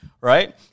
right